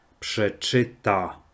przeczyta